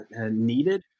needed